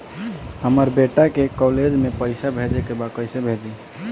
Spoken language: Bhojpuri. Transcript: हमर बेटा के कॉलेज में पैसा भेजे के बा कइसे भेजी?